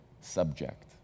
subject